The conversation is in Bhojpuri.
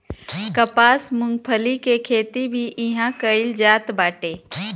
कपास, मूंगफली के खेती भी इहां कईल जात बाटे